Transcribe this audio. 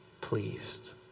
pleased